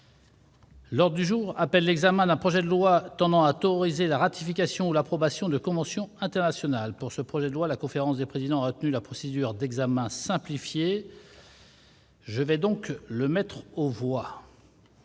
L'ordre du jour appelle l'examen d'un projet de loi tendant à autoriser la ratification ou l'approbation de conventions internationales. Pour ce projet de loi, la conférence des présidents a retenu la procédure d'examen simplifié. Je vais donc le mettre aux voix.